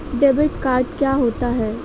Debit card क्या होता है?